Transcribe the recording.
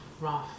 rough